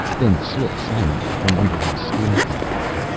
then slipped silently from under his skin coverings.